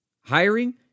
Hiring